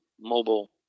mobile